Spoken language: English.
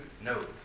No